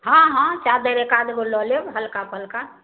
हँ हँ चाद्दरि एकआध गो लऽ लेब हल्का फल्का